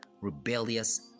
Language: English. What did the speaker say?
rebellious